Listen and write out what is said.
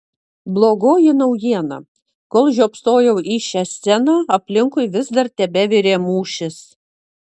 blogoji naujiena kol žiopsojau į šią sceną aplinkui vis dar tebevirė mūšis